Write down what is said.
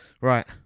Right